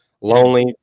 lonely